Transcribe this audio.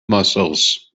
muscles